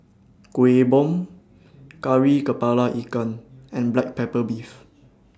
Kueh Bom Kari Kepala Ikan and Black Pepper Beef